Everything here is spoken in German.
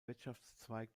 wirtschaftszweig